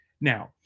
Now